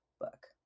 book